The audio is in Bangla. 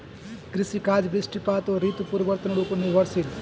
কৃষিকাজ বৃষ্টিপাত ও ঋতু পরিবর্তনের উপর নির্ভরশীল